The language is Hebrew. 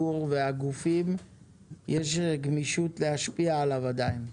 יש גמישות להשפיע עליו עדיין?